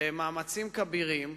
במאמצים כבירים,